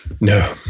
No